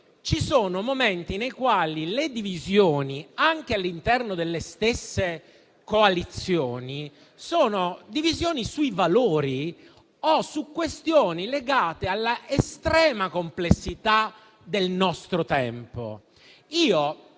ci sono momenti nei quali le divisioni, anche all'interno delle stesse coalizioni, sono sui valori o su questioni legate all'estrema complessità del nostro tempo.